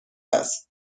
است